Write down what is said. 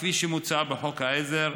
כפי שמוצע בחוק העזר,